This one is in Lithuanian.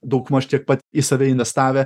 daugmaž tiek pat į save investavę